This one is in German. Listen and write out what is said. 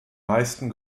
meisten